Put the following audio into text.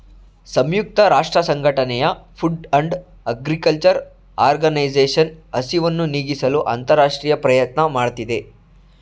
ಸಂಯುಕ್ತ ರಾಷ್ಟ್ರಸಂಘಟನೆಯ food and agriculture organisation ಹಸಿವನ್ನು ನೀಗಿಸಲು ಅಂತರರಾಷ್ಟ್ರೀಯ ಪ್ರಯತ್ನ ಮಾಡ್ತಿದೆ